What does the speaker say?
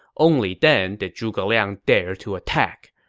only then did zhuge liang dare to attack.